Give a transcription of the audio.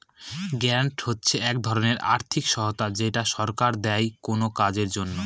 grant হচ্ছে এক ধরনের আর্থিক সহায়তা যেটা সরকার দেয় কোনো কাজের জন্য